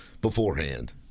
beforehand